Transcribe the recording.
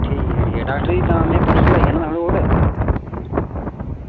ठीक ऐ ठीक ऐ डॉक्टर जी तां में परसों आई जाना थुआढ़े कोल